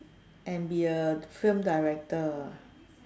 and be a film director